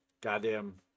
goddamn